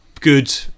good